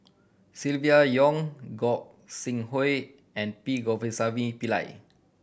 Silvia Yong Gog Sing Hooi and P Govindasamy Pillai